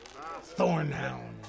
Thornhound